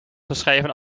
geschreven